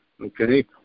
Okay